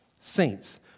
Saints